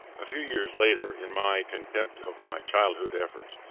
a few years later, in my contempt of my childish efforts,